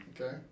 Okay